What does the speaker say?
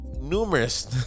numerous